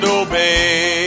obey